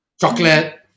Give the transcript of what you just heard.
chocolate